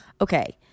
okay